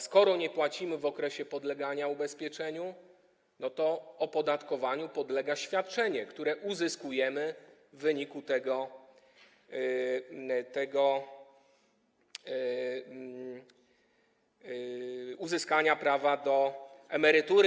Skoro nie płacimy w okresie podlegania ubezpieczeniu, to opodatkowaniu podlega świadczenie, które uzyskujemy w wyniku uzyskania prawa do emerytury.